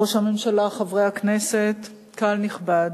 ראש הממשלה, חברי הכנסת, קהל נכבד,